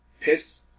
piss